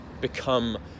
become